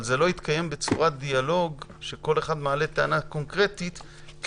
אבל זה לא יתקיים בצורת דיאלוג שבו כל אחד מעלה טענה קונקרטית כשאלה,